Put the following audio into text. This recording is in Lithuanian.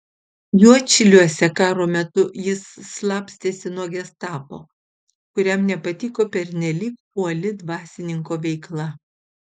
juodšiliuose karo metu jis slapstėsi nuo gestapo kuriam nepatiko pernelyg uoli dvasininko veikla